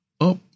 up